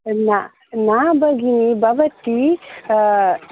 न न भगिनी भवती